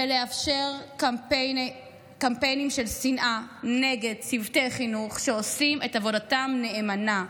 ולאפשר קמפיינים של שנאה נגד צוותי חינוך שעושים את עבודתם נאמנה.